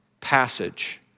passage